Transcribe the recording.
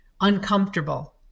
uncomfortable